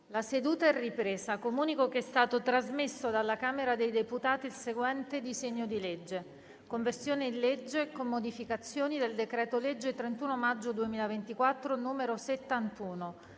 una nuova finestra"). Comunico che è stato trasmesso dalla Camera dei deputati il seguente disegno di legge: «Conversione in legge, con modificazioni, del decreto-legge 31 maggio 2024, n. 71,